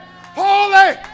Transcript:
holy